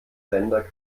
sender